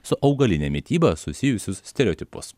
su augaline mityba susijusius stereotipus